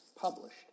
published